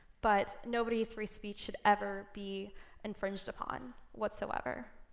but nobody's free speech should ever be infringed upon whatsoever.